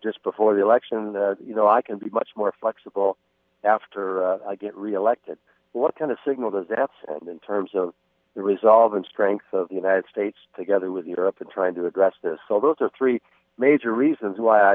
just before the elections you know i can be much more flexible after i get reelected what kind of signal does that send in terms of the resolve and strength of the united states together with europe in trying to address this so those are three major reasons why i